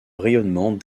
rayonnement